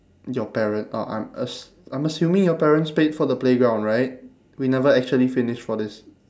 your pare~ oh I'm as~ I'm assuming your parents paid for the playground right we never actually finish for this